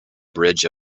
bridge